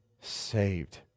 saved